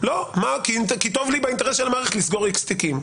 כי טוב לי באינטרס של המערכת לסגור איקס תיקים.